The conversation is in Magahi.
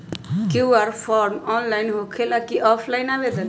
कियु.आर फॉर्म ऑनलाइन होकेला कि ऑफ़ लाइन आवेदन?